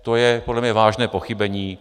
To je podle mě vážné pochybení.